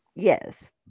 Yes